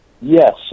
Yes